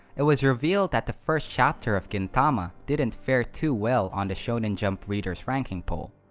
it was revealed that the first chapter of gintama didn't fare too well on the shonen jump reader's ranking poll.